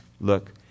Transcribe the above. Look